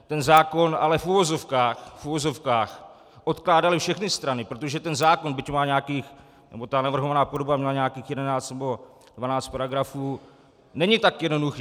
Ten zákon ale v uvozovkách odkládaly všechny strany, protože ten zákon, byť má nějakých nebo ta navrhovaná podoba má nějakých 11 nebo 12 paragrafů, není tak jednoduchý.